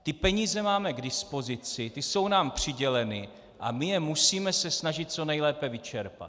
Ty peníze máme k dispozici, ty jsou nám přiděleny a my se musíme snažit je co nejlépe vyčerpat.